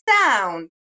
sound